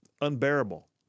unbearable